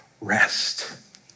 rest